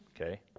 Okay